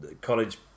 college